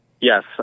Yes